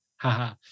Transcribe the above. haha